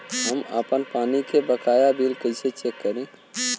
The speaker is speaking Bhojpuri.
हम आपन पानी के बकाया बिल कईसे चेक करी?